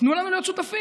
תנו לנו להיות שותפים.